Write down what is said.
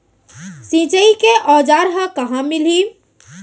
सिंचाई के औज़ार हा कहाँ मिलही?